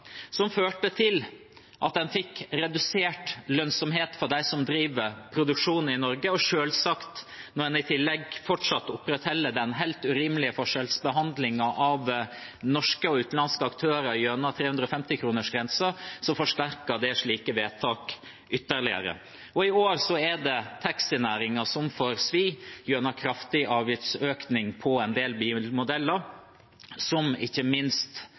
som førte til redusert lønnsomhet for dem som driver produksjon i Norge. Når en i tillegg fortsatt opprettholder den helt urimelige forskjellsbehandlingen av norske og utenlandske aktører gjennom 350-kronersgrensen, forsterker det selvsagt slike vedtak ytterligere. I år er det taxinæringen som får svi, gjennom en kraftig avgiftsøkning på en del bilmodeller, som ikke minst